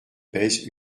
pèse